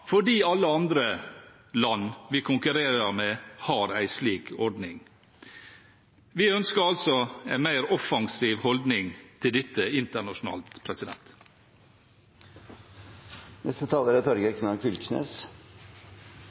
fordi alle andre land vi konkurrerer med, har en slik ordning. Vi ønsker altså en mer offensiv holdning til dette internasjonalt. Når ein følgjer debatten, er